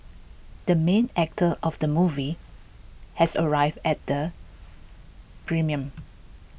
the main actor of the movie has arrived at the premiere